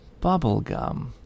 Bubblegum